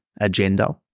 agenda